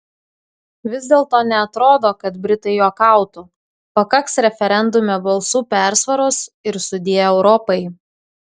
vis dėlto neatrodo kad britai juokautų pakaks referendume balsų persvaros ir sudie europai